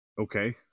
okay